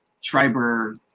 Schreiber